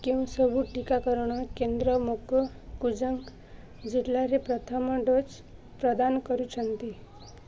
କେଉଁ ସବୁ ଟିକାକରଣ କେନ୍ଦ୍ର ମୋକୋକ୍ଚୁଙ୍ଗ୍ ଜିଲ୍ଲାରେ ପ୍ରଥମ ଡୋଜ୍ ପ୍ରଦାନ କରୁଛନ୍ତି